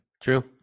True